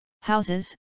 Houses